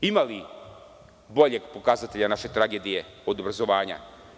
Ima li boljeg pokazatelja naše tragedije od obrazovanja?